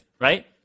Right